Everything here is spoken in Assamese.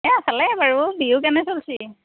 এই ভালে বাৰু বিহু কেনে চলিছে